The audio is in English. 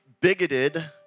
bigoted